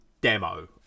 demo